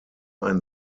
ein